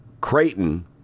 Creighton